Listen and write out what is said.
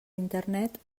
internet